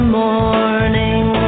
morning